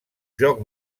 joc